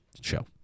show